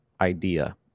idea